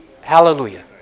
hallelujah